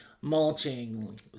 mulching